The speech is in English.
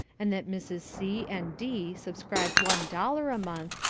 and that mrs. c. and d. subscribed one dollar a month,